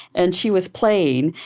and she was playing.